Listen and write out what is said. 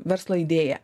verslo idėją